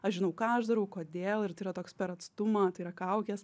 aš žinau ką aš darau kodėl ir tai yra toks per atstumą tai yra kaukės